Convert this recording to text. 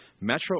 Metro